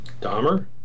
Dahmer